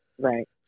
Right